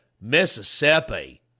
Mississippi